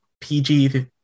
PG